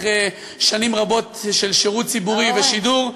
אחרי שנים רבות של שירות ציבורי בשידור,